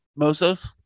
Mosos